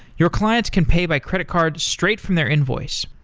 your clients can pay by credit card straight from their invoice.